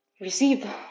receive